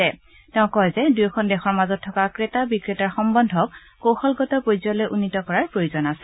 শ্ৰী কোবিন্দে লগতে কয় যে দুয়োখন দেশৰ মাজত থকা ক্ৰেতা বিক্ৰেতাৰ সম্বন্ধক কৌশলগত পৰ্যায়লৈ উন্নীত কৰাৰ প্ৰয়োজন আছে